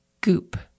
goop